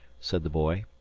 said the boy.